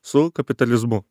su kapitalizmu